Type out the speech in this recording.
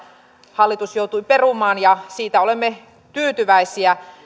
hallitus joutui perumaan ja siitä olemme tyytyväisiä